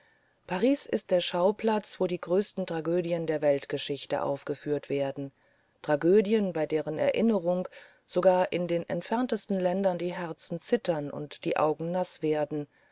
paris ist der schauplatz wo die größten tragödien der weltgeschichte aufgeführt werden tragödien bei deren erinnerung sogar in den entferntesten ländern die herzen zittern und die augen naß werden